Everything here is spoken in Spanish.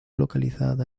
localizada